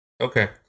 Okay